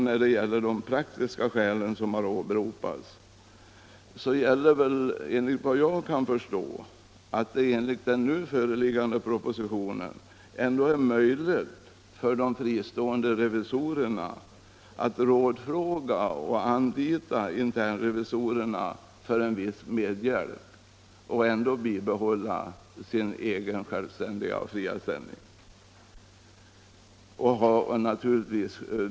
När det gäller de praktiska skäl som åberopats så gäller enligt vad jag kan förstå att det enligt den nu föreliggande propositionen är möjligt för de fristående revisorerna att rådfråga och anlita internrevisorer för medhjälp och ändå bibehålla sin egen självständiga och fria ställning.